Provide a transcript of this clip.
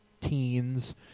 teens